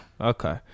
Okay